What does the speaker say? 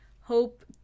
Hope